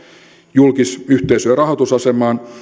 julkisyhteisöjen rahoitusasemaan